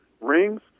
Rings